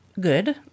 good